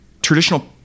Traditional